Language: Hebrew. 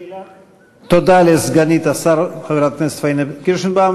תודה לסגנית השר חברת הכנסת פניה קירשנבאום.